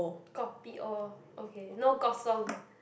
kopi O okay no kosong